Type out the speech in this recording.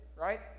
right